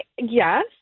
yes